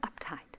uptight